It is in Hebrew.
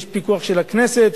יש פיקוח של הכנסת,